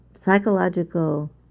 psychological